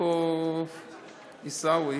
איפה עיסאווי?